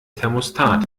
thermostat